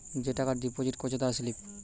যে টাকা ডিপোজিট করেছে তার স্লিপ